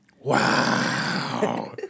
Wow